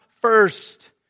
first